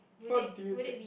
what do you think